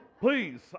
please